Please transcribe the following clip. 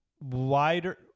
Wider